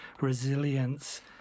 resilience